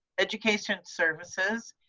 education services,